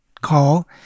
call